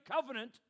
covenant